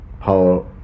power